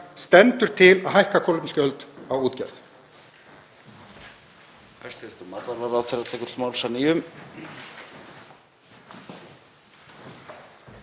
Stendur til að hækka kolefnisgjöld á útgerð?